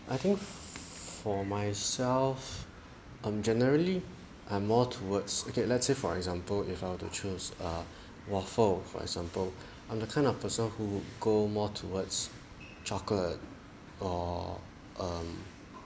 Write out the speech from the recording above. I think for myself I'm generally I'm more towards okay let's say for example if I were to choose a waffle for example I'm the kind of person who go more towards chocolate or um